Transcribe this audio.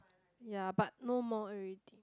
ya but no more already